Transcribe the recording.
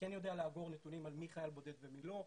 כן יודע לאגור נתונים על מי חייל בודד ומי לא.